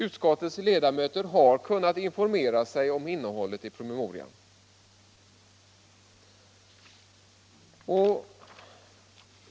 Utskottets ledamöter har kunnat informera sig om innehållet i promemorian.